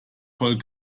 voll